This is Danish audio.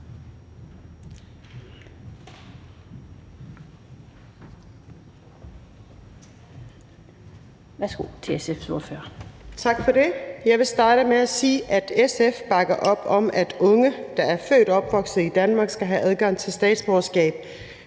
Tak for det. Jeg vil starte med at sige, at SF bakker op om, at unge, der er født og opvokset i Danmark, skal have adgang til statsborgerskab